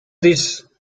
this